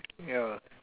ya